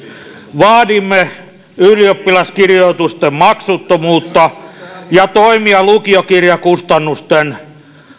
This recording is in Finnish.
vaadimme ylioppilaskirjoitusten maksuttomuutta ja toimia lukiokirjakustannusten